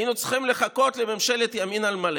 היינו צריכים לחכות לממשלת ימין על מלא,